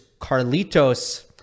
Carlitos